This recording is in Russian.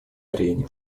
арене